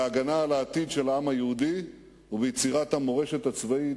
בהגנה על העתיד של העם היהודי וביצירת המורשת הצבאית,